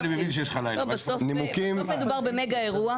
בסוף מדובר במגה אירוע.